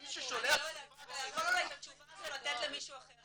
שמי ששולח פקס -- אתה יכול את התשובה הזאת לתת למישהו אחר,